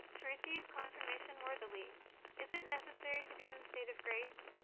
to receive confirmation worthily is it necessary to be in the state of grace?